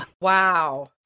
Wow